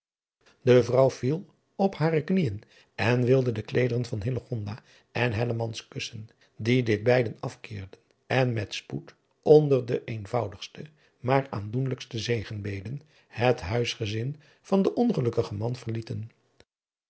de vrouw viel op viel op hare knieën en wilde de kleederen van hillegonda en hellemans kussen die dit beiden afkeerden en met spoed onder de eenvoudigste maar aandoenlijkste zegenbeden het huisgezin van den ongelukkigen man verlieten